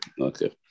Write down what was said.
okay